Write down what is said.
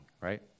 right